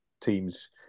teams